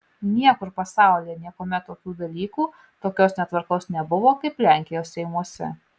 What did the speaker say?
niekur pasaulyje niekuomet tokių dalykų tokios netvarkos nebuvo kaip lenkijos seimuose